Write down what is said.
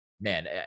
Man